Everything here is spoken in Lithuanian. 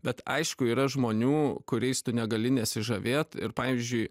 bet aišku yra žmonių kuriais tu negali nesižavėt ir pavyzdžiui